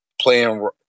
playing